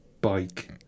bike